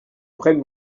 prenne